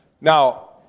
Now